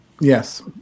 Yes